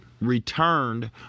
returned